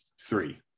three